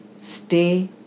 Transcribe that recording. Stay